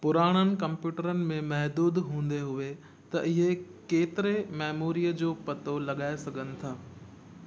पुराणनि कंप्यूटरनि में महदूद हूंदे हुए त इहे केतिरे मैमोरी जो पतो लगाइ सघनि था